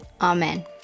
Amen